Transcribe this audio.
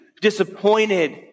disappointed